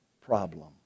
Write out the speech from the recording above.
problem